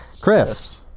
Chris